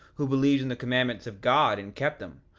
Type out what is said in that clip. who believed in the commandments of god and kept them,